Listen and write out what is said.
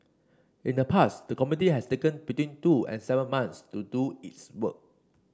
in the past the committee has taken between two and seven months to do its work